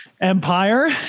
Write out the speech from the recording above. empire